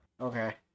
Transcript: okay